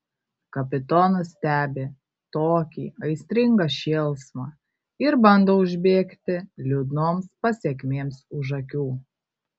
kapitonas stebi tokį aistringą šėlsmą ir bando užbėgti liūdnoms pasekmėms už akių